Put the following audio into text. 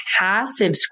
passive